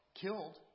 killed